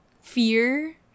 Fear